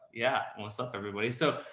yeah, what's up everybody. so,